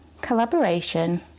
collaboration